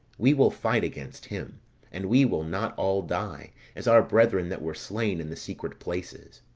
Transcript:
we will fight against him and we will not all die, as our brethren that were slain in the secret places.